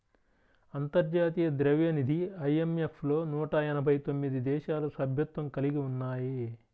అంతర్జాతీయ ద్రవ్యనిధి ఐ.ఎం.ఎఫ్ లో నూట ఎనభై తొమ్మిది దేశాలు సభ్యత్వం కలిగి ఉన్నాయి